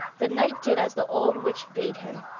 the knight did as the old witch bade him,